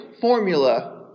formula